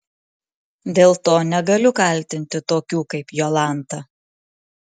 dėl to negaliu kaltinti tokių kaip jolanta